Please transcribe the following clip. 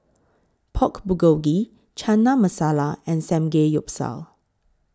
Pork Bulgogi Chana Masala and Samgeyopsal